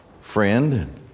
friend